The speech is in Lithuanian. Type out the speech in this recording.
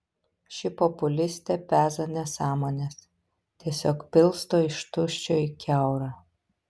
ši populistė peza nesąmones tiesiog pilsto iš tuščio į kiaurą